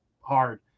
hard